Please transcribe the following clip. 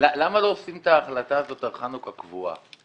למה לא עושים את החלטה הזאת על חנוכה קבועה?